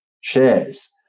shares